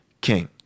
king